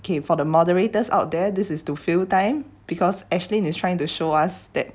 K for the moderators out there this is to fill time because ashlyn is trying to show us that